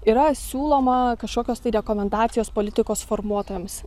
yra siūloma kažkokios tai rekomendacijos politikos formuotojams